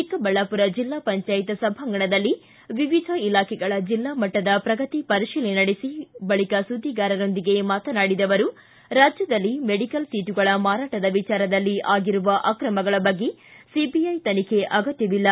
ಚಿಕ್ಕಬಳ್ಳಾಮರ ಜಿಲ್ಲಾ ಪಂಚಾಯತ್ ಸಭಾಂಗಣದಲ್ಲಿ ವಿವಿಧ ಇಲಾಖೆಗಳ ಜಿಲ್ಲಾ ಮಟ್ಟದ ಪ್ರಗತಿ ಪರಿತೀಲನೆ ನಡೆಸಿ ಬಳಿಕ ಸುದ್ದಿಗಾರೊಂದಿಗೆ ಮಾತನಾಡಿದ ಅವರು ರಾಜ್ಯದಲ್ಲಿ ಮೆಡಿಕಲ್ ಸೀಟುಗಳ ಮಾರಾಟದ ವಿಚಾರದಲ್ಲಿ ಆಗಿರುವ ಅಕ್ರಮಗಳ ಬಗ್ಗೆ ಸಿಬಿಐ ತನಿಖೆ ಅಗತ್ತವಿಲ್ಲ